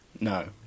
No